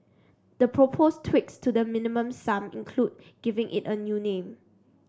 the proposed tweaks to the Minimum Sum include giving it a new name